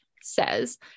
says